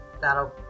that'll